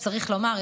צריך לומר,